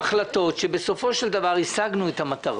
החלטות עד שבסופו של דבר השגנו את המטרה.